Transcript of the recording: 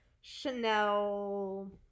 Chanel